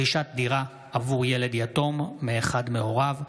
(רכישת דירה עבור ילד יתום מאחד מהוריו),